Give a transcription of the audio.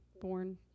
born